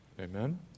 Amen